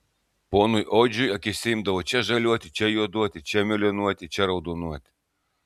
ponui odžiui akyse imdavo čia žaliuoti čia juoduoti čia mėlynuoti čia raudonuoti